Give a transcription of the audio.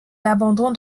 l’abandon